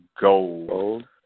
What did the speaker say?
Gold